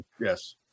yes